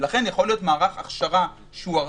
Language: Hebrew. לכן יכול להיות מערך הכשרה ארצי,